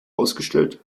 ausgestellt